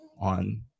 on